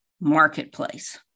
marketplace